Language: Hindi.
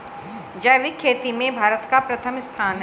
जैविक खेती में भारत का प्रथम स्थान है